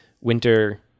winter